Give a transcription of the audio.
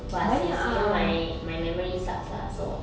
!wah! sis you know my my memory sucks lah so